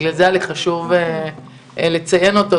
בגלל זה היה חשוב לי לציין אותו.